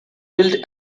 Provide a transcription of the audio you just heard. billed